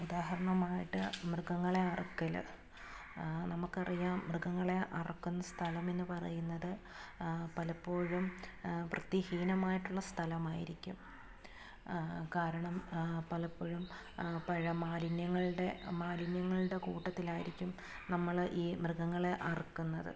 ഉദാഹരണമായിട്ട് മൃഗങ്ങളെ അറക്കൽ നമുക്കറിയാം മൃഗങ്ങളെ അറക്കുന്ന സ്ഥലം എന്ന് പറയുന്നത് പലപ്പോഴും വൃത്തിഹീനമായിട്ടുള്ള സ്ഥലമായിരിക്കും കാരണം പലപ്പോഴും പഴ മാലിന്യങ്ങളുടെ മാലിന്യങ്ങളുടെ കൂട്ടത്തിലായിരിക്കും നമ്മൾ ഈ മൃഗങ്ങളെ അറുക്കുന്നത്